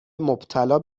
مبتلا